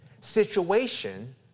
situation